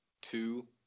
two